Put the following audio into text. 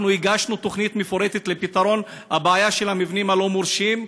הגשנו תוכנית מפורטת לפתרון הבעיה של המבנים הלא-מורשים,